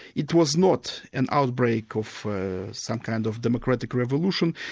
it was not an outbreak of some kind of democratic revolution,